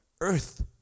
earth